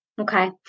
Okay